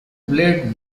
blade